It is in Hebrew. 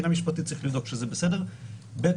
צריך לבדוק שזה בסדר מבחינה משפטית בית